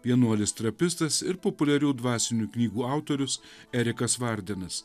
vienuolis trapistas ir populiarių dvasinių knygų autorius erikas vardinas